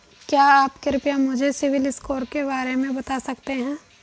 क्या आप कृपया मुझे सिबिल स्कोर के बारे में बता सकते हैं?